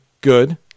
good